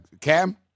Cam